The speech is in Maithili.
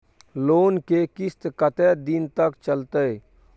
लोन के किस्त कत्ते दिन तक चलते?